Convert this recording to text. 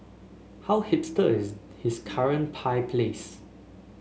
how hipster is his current pie place